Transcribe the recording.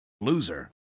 loser